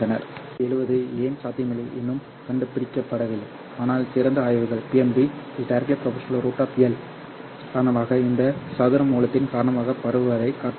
PMD எழுவது ஏன் சாத்தியமில்லை இன்னும் கண்டுபிடிக்கப்படவில்லை ஆனால் சிறந்த ஆய்வுகள் PMD ∝ √L எல் ஃபைபரின் நீளம் காரணமாக இந்த சதுர மூலத்தின் காரணமாக பரவுவதைக் காட்டியுள்ளன